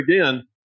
again